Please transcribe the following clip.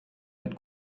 mit